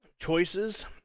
choices